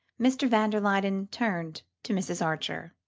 mr. van der luyden turned to mrs. archer.